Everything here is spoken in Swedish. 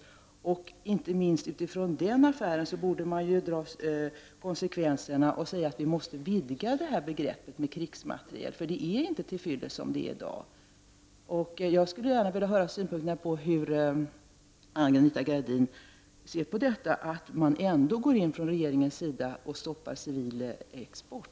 Man borde, inte minst med utgångspunkt i den affären, dra konsekvenserna och säga att vi måste vidga begreppet krigsmateriel, eftersom det inte är till fyllest som det är i dag. Jag skulle gärna vilja höra hur Anita Gradin ser på detta, att man från regeringens sida går in och stoppar civil export.